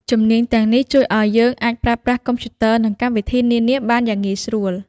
ជំនាញទាំងនេះជួយឱ្យយើងអាចប្រើប្រាស់កុំព្យូទ័រ និងកម្មវិធីនានាបានយ៉ាងងាយស្រួល។